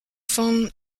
fan